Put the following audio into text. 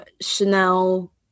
Chanel